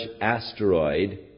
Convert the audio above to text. asteroid